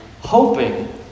hoping